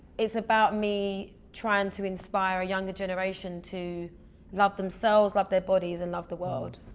it's about me trying to inspire a younger generation to love themselves, love their bodies, and love the world.